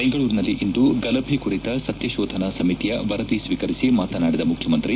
ಬೆಂಗಳೂರಿನಲ್ಲಿಂದು ಗಲಭೆ ಕುರಿತ ಸತ್ಯ ಶೋಧನಾ ಸಮಿತಿಯ ವರದಿ ಸ್ವೀಕರಿಸಿ ಮಾತನಾಡಿದ ಮುಖ್ಯಮಂತ್ರಿ